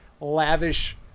lavish